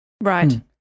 Right